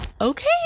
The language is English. Okay